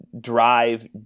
drive